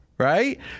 Right